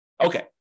Okay